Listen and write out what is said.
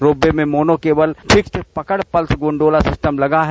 ropeway में mono cable fixed पकड़ pulse gondola system लगा है